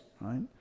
right